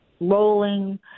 rolling